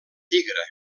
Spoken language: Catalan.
tigre